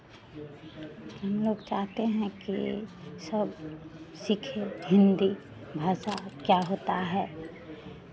हम लोग चाहते हैं कि सब सीखे हिन्दी भाषा क्या होता है